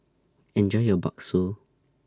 Enjoy your Bakso